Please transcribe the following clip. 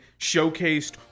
showcased